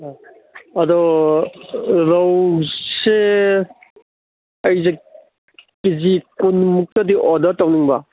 ꯑꯥ ꯑꯗꯣ ꯔꯧꯁꯦ ꯑꯩꯁꯦ ꯀꯦ ꯖꯤ ꯀꯨꯟ ꯃꯨꯛꯇꯗꯤ ꯑꯣꯔꯗꯔ ꯇꯧꯅꯤꯡꯕ